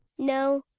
no.